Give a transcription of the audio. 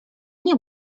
nie